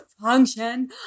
function